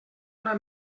una